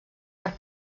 per